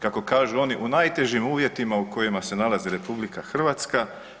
Kako kažu oni u najtežim uvjetima u kojima se nalazi RH